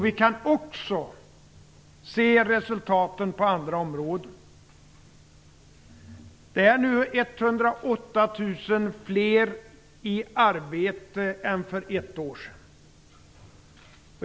Vi kan också se resultaten på andra områden. Det är nu 108 000 fler i arbete än för ett år sedan.